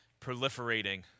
proliferating